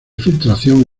filtración